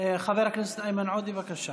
חבר הכנסת איימן עודה, בבקשה.